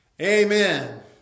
Amen